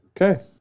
Okay